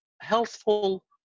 healthful